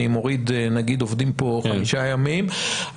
נגיד עובדים פה חמישה ימים,